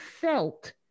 felt